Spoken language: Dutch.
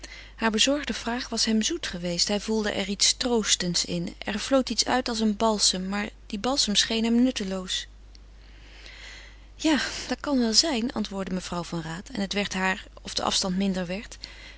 hare bezorgde vraag was hem zoet geweest hij voelde er iets troostends in er vloot iets uit als een balsem maar die balsem scheen hem nutteloos ja dat kan wel zijn antwoordde mevrouw van raat en het werd haar of de afstand minder werd